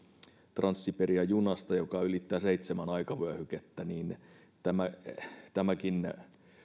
trans siperia junasta joka ylittää seitsemän aikavyöhykettä tämäkin